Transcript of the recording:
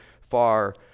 far